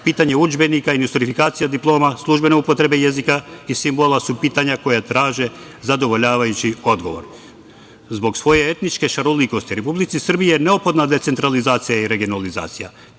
pitanje udžbenika i nostrifikacije diploma, službene upotrebe jezika i simbola, su pitanja koja traže zadovoljavajući odgovor. Zbog svoje etničke šarolikosti Republici Srbiji je neophodna decentralizacija i regionalizacija,